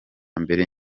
mbere